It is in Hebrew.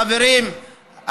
חברים,